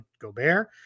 Gobert